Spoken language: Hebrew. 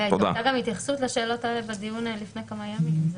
הייתה גם התייחסות לשאלות האלה בדיון לפני כמה ימים.